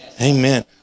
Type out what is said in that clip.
Amen